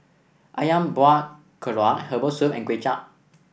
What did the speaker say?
ayam Buah Keluak Herbal Soup and Kuay Chap